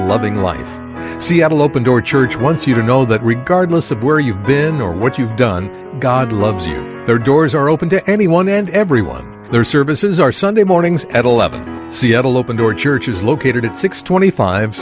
loving life seattle open door church once you know that regardless of where you've been or what you've done god loves you there doors are open to anyone and everyone their services are sunday mornings at eleven seattle open door church is located at six